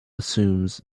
assumes